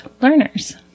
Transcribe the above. learners